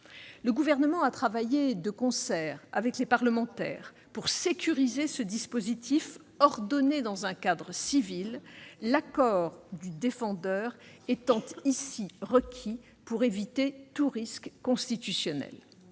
Le Gouvernement a travaillé de concert avec les parlementaires pour sécuriser ce dispositif, ordonné dans un cadre civil, l'accord du défendeur étant requis pour éviter tout risque constitutionnel.